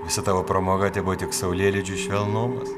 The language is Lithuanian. visa tavo pramoga tebuvo tik saulėlydžių švelnumas